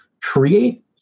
create